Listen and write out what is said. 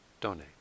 donate